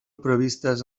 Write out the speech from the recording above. previstes